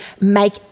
make